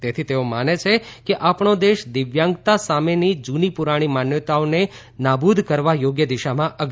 તેથી તેઓ માને છે કે આપણી દેશ દિવ્યાંગતા સામેની જૂની પૂરાણી માન્યતાઓને નાબૂદ કરવા યોગ્ય દિશામાં અગ્રેસર છે